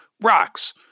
rocks